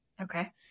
Okay